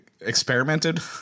experimented